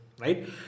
right